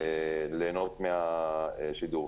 ליהנות מהשידור.